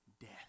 death